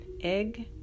egg